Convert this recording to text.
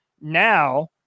now